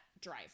drive